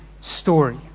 story